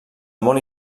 molt